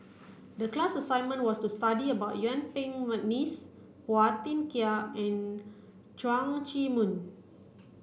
the class assignment was to study about Yuen Peng McNeice Phua Thin Kiay and Leong Chee Mun